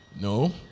No